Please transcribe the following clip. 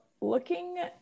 looking